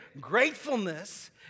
Gratefulness